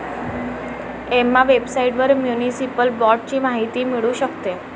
Emma वेबसाइटवर municipal बाँडची माहिती मिळू शकते